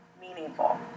meaningful